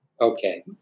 Okay